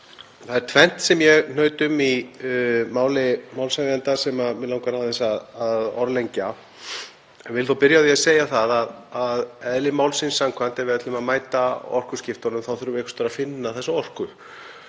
Það er tvennt sem ég hnaut um í máli málshefjanda sem mig langar aðeins að orðlengja en vil þó byrja á því að segja að eðli málsins samkvæmt, ef við ætlum að mæta orkuskiptunum, þá þurfum við einhvers staðar að finna þessa orku.